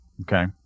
Okay